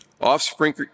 Offspring